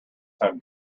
time